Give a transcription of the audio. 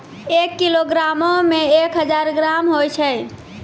एक किलोग्रामो मे एक हजार ग्राम होय छै